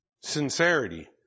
Sincerity